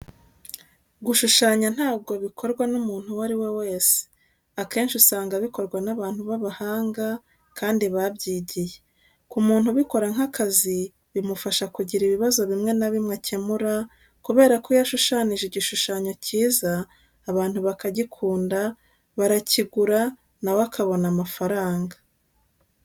Gushushanya ntabwo bikorwa n'umuntu uwo ari we wese. Akenshi usanga bikorwa n'abantu b'abahanga kandi babyigiye. Ku muntu ubikora nk'akazi bimufasha kugira ibibazo bimwe na bimwe akemura, kubera ko iyo ashushanyije igishushanyo cyiza abantu bakagikunda, barakigura na we akabona amafaranga.